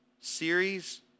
series